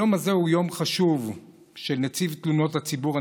היום הזה הוא יום חשוב של נציב תלונות הציבור.